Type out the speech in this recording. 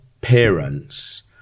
parents